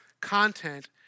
content